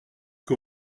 que